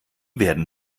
werden